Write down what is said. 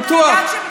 פתוח.